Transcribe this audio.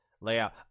layout